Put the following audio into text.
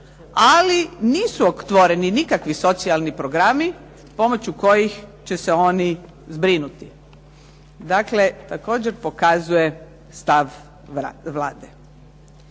ali nisu otvoreni nikakvi socijalni programi pomoću kojih će se oni zbrinuti, dakle također pokazuje stav Vlade.